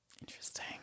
Interesting